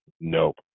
nope